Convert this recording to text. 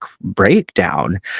breakdown